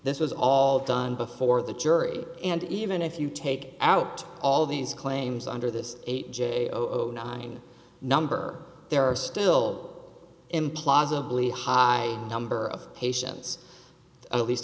this was all done before the jury and even if you take out all these claims under this eight j nine number there are still implausibly high number of patients at least